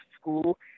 school